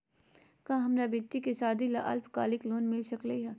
का हमरा बेटी के सादी ला अल्पकालिक लोन मिलता सकली हई?